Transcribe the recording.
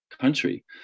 country